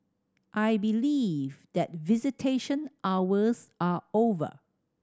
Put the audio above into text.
I believe that visitation hours are over